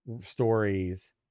stories